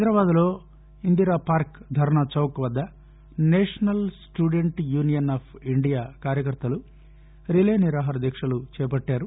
హైదరాబాద్లోని ఇందిరాపార్కు ధర్నా చౌక్ వద్ద national students union of India కార్యకర్తలు రిలే నిరాహార దీక్షలు చేపట్టారు